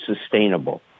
sustainable